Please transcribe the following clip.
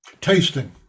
tasting